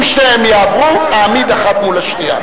אם שתיהן יעברו אעמיד אחת מול השנייה,